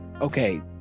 okay